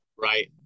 Right